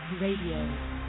RADIO